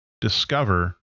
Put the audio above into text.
discover